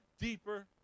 deeper